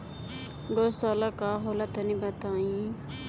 गौवशाला का होला तनी बताई?